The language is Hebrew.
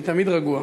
אני תמיד רגוע.